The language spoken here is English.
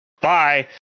Bye